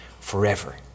forever